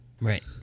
Right